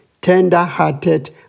tender-hearted